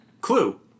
Clue